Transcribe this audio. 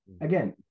Again